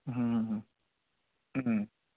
হ্যাঁ হ্যাঁ হ্যাঁ